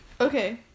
Okay